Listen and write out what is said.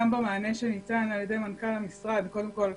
גם במענה שניתן על ידי מנכ"ל המשרד, קודם כל,